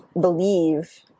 believe